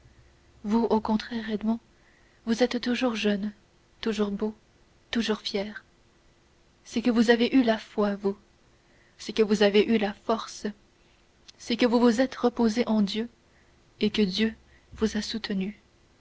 vous au contraire edmond vous êtes toujours jeune toujours beau toujours fier c'est que vous avez eu la foi vous c'est que vous avez eu la force c'est que vous vous êtes reposé en dieu et que dieu vous a soutenu